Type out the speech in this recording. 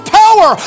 power